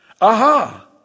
Aha